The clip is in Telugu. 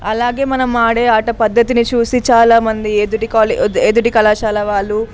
అలాగే మనం ఆడే ఆట పద్ధతిని చూసి చాలామంది ఎదుటి కాలే ఎదుటి కళాశాల వాళ్ళు